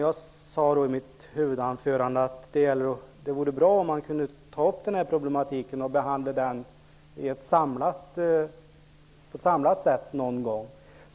Jag sade i mitt huvudanförande att det vore bra om man kunde ta upp problematiken och behandla den på ett samlat sätt någon gång.